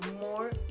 more